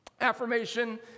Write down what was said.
Affirmation